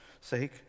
sake